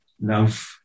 love